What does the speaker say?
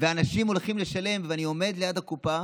ואנשים הולכים לשלם, ואני עומד ליד קופה